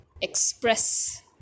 express